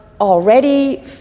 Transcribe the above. already